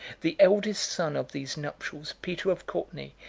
the eldest son of these nuptials, peter of courtenay,